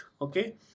Okay